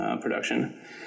production